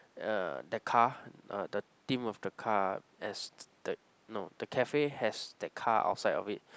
uh the car the theme of the car as the no the cafe has the car outside of it